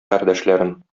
кардәшләрем